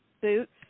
boots